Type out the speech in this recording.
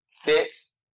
fits